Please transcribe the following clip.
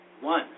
One